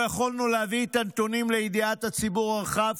לא יכולנו להביא את הנתונים לידיעת הציבור הרחב,